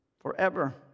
forever